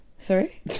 Sorry